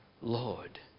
Lord